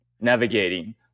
Navigating